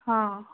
हां